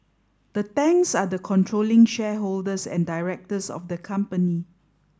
the Tangs are the controlling shareholders and directors of the company